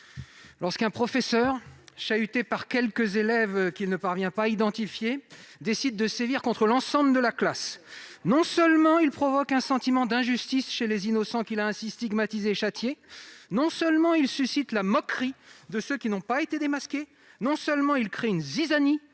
Lorsque, chahuté par quelques élèves qu'il ne parvient pas à identifier, un professeur décide de sévir contre l'ensemble de la classe, non seulement il provoque un sentiment d'injustice chez les innocents qu'il a ainsi stigmatisés et châtiés, non seulement il suscite la moquerie de ceux qui n'ont pas été démasqués, non seulement il sème la zizanie